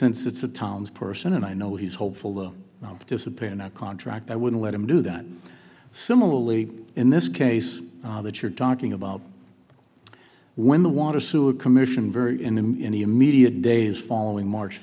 since it's a town's person and i know he's hopeful the disappear in a contract i wouldn't let him do that similarly in this case that you're talking about when the water sewer commission very in the immediate days following march